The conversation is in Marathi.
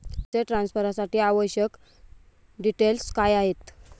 पैसे ट्रान्सफरसाठी आवश्यक डिटेल्स काय आहेत?